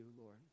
Lord